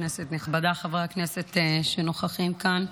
כנסת נכבדה, חברי הכנסת שנוכחים כאן,